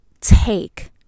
take